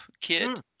kid